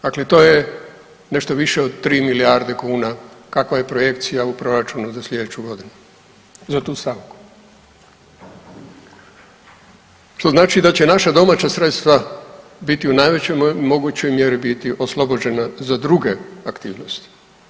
Dakle, to je nešto više od tri milijarde kuna kakva je projekcija u proračunu za sljedeću godinu za tu stavku što znači da će naša domaća sredstva biti u najvećoj mogućoj mjeri biti oslobođena za druge aktivnosti.